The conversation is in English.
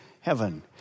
heaven